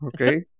Okay